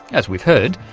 as we've heard,